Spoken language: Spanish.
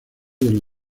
del